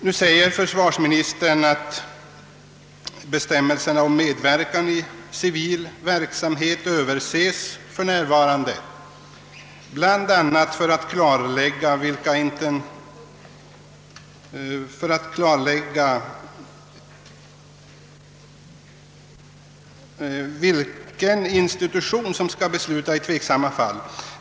Nu säger försvarsministern att bestämmelserna om medverkan i civil verksamhet för närvarande överses bl.a. för att klarlägga vilka instanser som skall besluta i tveksamma fall.